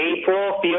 April